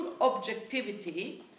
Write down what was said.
objectivity